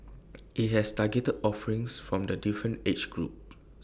IT has targeted offerings from the different age group